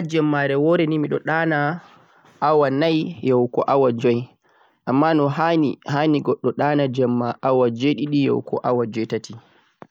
Haa jemmare wore nii miɗon ɗanaa awa nai yahugo awa joi